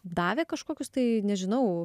davė kažkokius tai nežinau